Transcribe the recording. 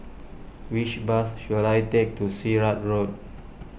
which bus should I take to Sirat Road